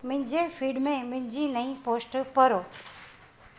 मुंहिंजे फीड में मुंहिंजी नईं पोस्ट पढ़ो